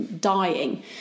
dying